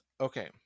okay